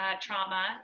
trauma